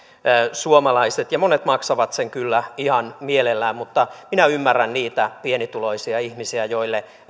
suomalaiset ja monet maksavat sen kyllä ihan mielellään mutta minä ymmärrän niitä pienituloisia ihmisiä joille